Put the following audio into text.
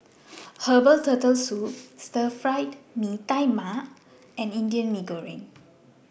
Herbal Turtle Soup Stir Fried Mee Tai Mak and Indian Mee Goreng